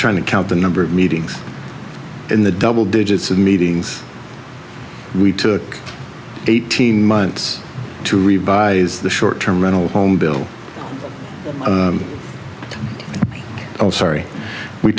trying to count the number of meetings in the double digits of meetings we took eighteen months to revise the short term rental home bill sorry we